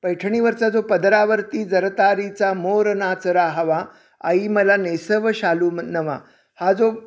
पैठणीवरचा जो पदरावरती जरतारीचा मोर नाचरा हवा आई मला नेसव शालू नवा हा जो